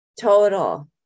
Total